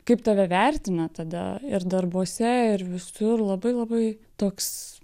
kaip tave vertina tada ir darbuose ir visur labai labai toks